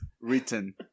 written